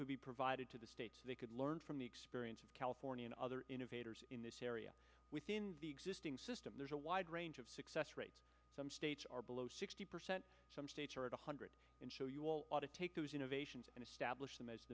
could be provided to the states they could learn from the experience of california and other innovators in this area within the existing system there's a wide range of success rate some states are below sixty percent some states are at a hundred and show you all ought to take those innovations and establish them as